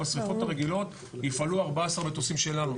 בשריפות הרגילות יפעלו 14 מטוסים שלנו.